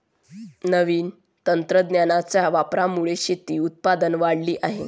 नवीन तंत्रज्ञानाच्या वापरामुळे शेतीची उत्पादकता वाढली आहे